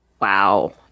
Wow